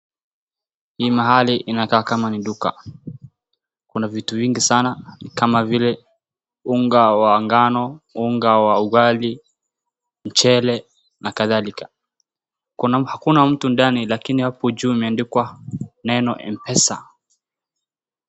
Ni mahali inakaa kama ni duka, kuna vitu vingi sana kama vile unga wa ngano, unga wa ugali, mchele, nakadhalika. Hakuna mtu ndani lakini hapo juu imeandikwa neno Mpesa